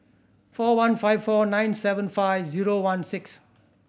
four one five four nine seven five zero one six